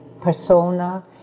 Persona